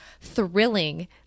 thrilling